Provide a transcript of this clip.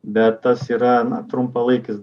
bet tas yra trumpalaikis